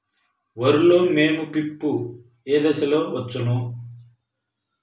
వరిలో మోము పిప్పి ఏ దశలో వచ్చును?